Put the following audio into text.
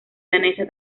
danesa